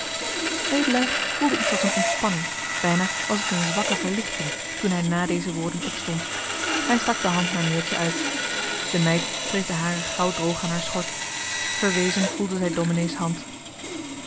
wedelaar voelde iets als een ontspanning bijna was het een zwakke verlichting toen hij na deze woorden opstond hij stak de hand naar neeltje uit de meid wreef de hare gauw droog aan haar schort verwezen voelde zij domenee's hand